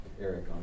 Eric